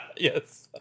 Yes